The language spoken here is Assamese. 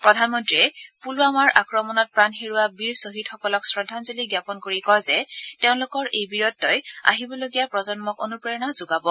প্ৰধানমন্ৰীয়ে পুলৱামাত আংক্ৰমণত প্ৰাণ হেৰুওৱা বীৰ শ্বহীদসকলক শ্ৰদ্ধাঞ্জলি জাপন কৰি কয় যে তেওঁলোকৰ এই বীৰত্নই আহিবলগীয়া প্ৰজন্মক অনুপ্ৰেৰণা যোগাব